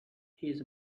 his